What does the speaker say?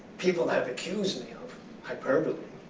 people have accused me of hyperbole.